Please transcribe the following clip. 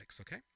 okay